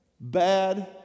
bad